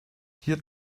hier